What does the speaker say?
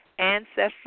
ancestral